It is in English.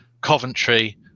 Coventry